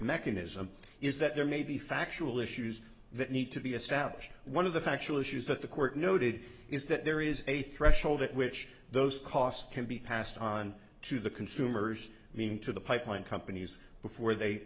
mechanism is that there may be factual issues that need to be established one of the factual issues that the court noted is that there is a threshold at which those costs can be passed on to the consumers meaning to the pipeline companies before they